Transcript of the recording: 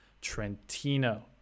Trentino